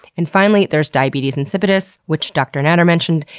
and finally, there's diabetes insipidus which dr. natter mentioned.